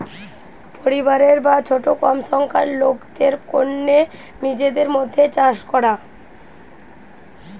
পরিবারের বা ছোট কম সংখ্যার লোকদের কন্যে নিজেদের মধ্যে চাষ করা